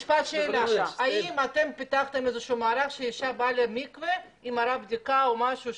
משפט שאלה: האם פיתחתם מערך שאישה באה למקווה עם בדיקה או משהו?